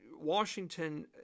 Washington